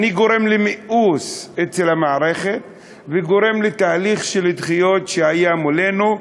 אני גורם למיאוס במערכת וגורם לתהליך של דחיות שהיו מולנו,